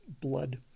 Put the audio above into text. blood